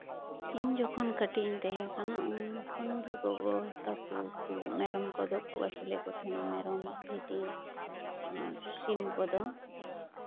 ᱤᱧ ᱡᱚᱠᱷᱚᱱ ᱠᱟᱹᱴᱤᱡ ᱤᱧ ᱛᱟᱦᱮᱸ ᱠᱟᱱᱟ ᱩᱱ ᱠᱷᱚᱱᱜᱮ ᱜᱚᱜᱚ ᱛᱟᱠᱚ ᱠᱚ ᱢᱮᱨᱚᱢ ᱠᱚᱫᱚ ᱠᱚ ᱟᱹᱥᱩᱞᱮᱫ ᱠᱚ ᱠᱟᱱ ᱛᱟᱦᱮᱱᱟ ᱢᱮᱨᱚᱢ ᱵᱷᱤᱰᱤ ᱟᱨ ᱥᱤᱢ ᱠᱚᱫᱚ